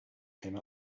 came